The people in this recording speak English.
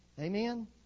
Amen